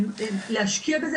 להשקיע בזה,